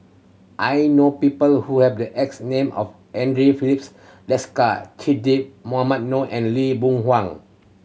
I know people who have the X name as Andre Filipe Desker Che Dah Mohamed Noor and Lee Boon Wang